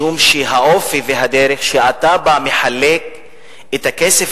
משום שהאופי והדרך שבהם אתה מחלק את הכסף